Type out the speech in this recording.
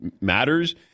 matters